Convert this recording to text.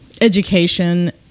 education